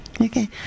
Okay